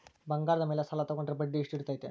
ಬಂಗಾರದ ಮೇಲೆ ಸಾಲ ತೋಗೊಂಡ್ರೆ ಬಡ್ಡಿ ಎಷ್ಟು ಇರ್ತೈತೆ?